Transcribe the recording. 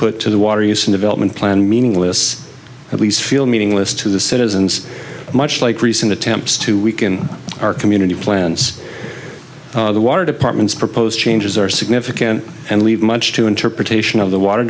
input to the water use in development plan meaningless at least feel meaningless to the citizens much like recent attempts to weaken our community plans the water departments proposed changes are significant and leave much to interpretation of the water